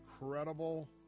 incredible